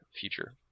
future